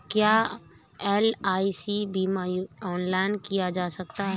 क्या एल.आई.सी बीमा ऑनलाइन किया जा सकता है?